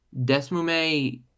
Desmume